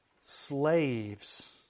Slaves